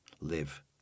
live